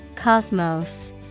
Cosmos